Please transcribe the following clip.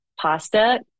pasta